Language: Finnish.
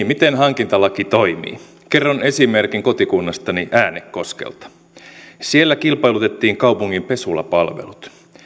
miten hankintalaki toimii kerron esimerkin kotikunnastani äänekoskelta siellä kilpailutettiin kaupungin pesulapalvelut